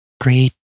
great